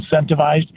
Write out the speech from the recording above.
incentivized